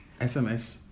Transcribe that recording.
SMS